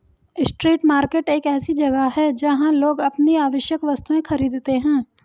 street market एक ऐसी जगह है जहां लोग अपनी आवश्यक वस्तुएं खरीदते हैं